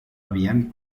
havien